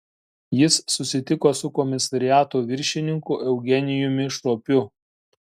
jis susitiko su komisariato viršininku eugenijumi šopiu